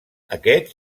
aquest